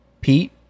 Pete